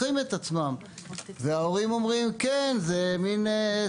התחושה הייתה שהרבה פעמים, דיברתם על